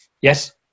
Yes